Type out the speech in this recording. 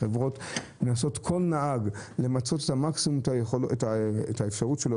החברות מנסות עם כל נהג לנצל את מקסימום היכולת שלו